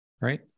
right